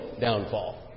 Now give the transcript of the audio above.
downfall